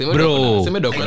Bro